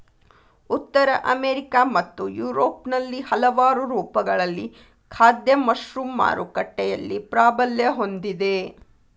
ಉತ್ತರ ಅಮೆರಿಕಾ ಮತ್ತು ಯುರೋಪ್ನಲ್ಲಿ ಹಲವಾರು ರೂಪಗಳಲ್ಲಿ ಖಾದ್ಯ ಮಶ್ರೂಮ್ ಮಾರುಕಟ್ಟೆಯಲ್ಲಿ ಪ್ರಾಬಲ್ಯ ಹೊಂದಿದೆ